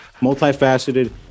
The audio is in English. multifaceted